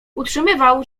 utrzymywał